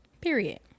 Period